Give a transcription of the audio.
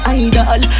idol